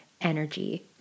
energy